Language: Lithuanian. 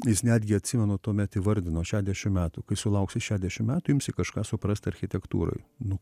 jis netgi atsimenu tuomet įvardino šešiasdešim metų kai sulauksi šešiasdešim metų imsi kažką suprast architektūroj nu